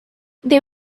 they